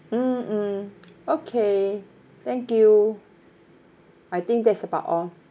mm mm okay thank you I think that's about all